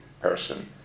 person